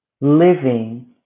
living